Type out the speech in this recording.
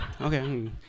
okay